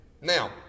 Now